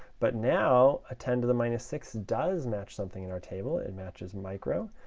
but now, ah ten to the minus six does match something in our table. it matches micro,